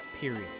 period